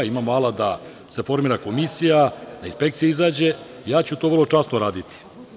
Imamo alat da se formira komisija, da inspekcija izađe i ja ću to vrlo časno raditi.